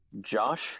Josh